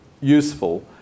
useful